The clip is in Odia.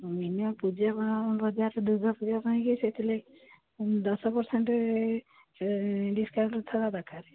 ମିନିମମ୍ ପୂଜା କ'ଣ ବଜାରରେ ଦୁର୍ଗା ପୂଜା ପାଇଁକି ସେଥିଲା ଦଶ ପର୍ସେଣ୍ଟ୍ ଡିସ୍କାଉଣ୍ଟ୍ ଥିବା ଦରକାରେ